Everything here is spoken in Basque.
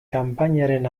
kanpainaren